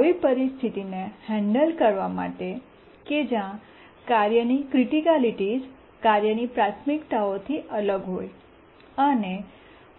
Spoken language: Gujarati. આવી પરિસ્થિતિને હેન્ડલ કરવા માટે કે જ્યાં કાર્યની ક્રિટિક્કલાટીસ કાર્યની પ્રાથમિકતાઓથી અલગ હોય અને